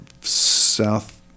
south